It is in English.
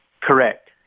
Correct